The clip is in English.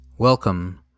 Welcome